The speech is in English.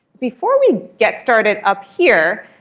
before we get started up here,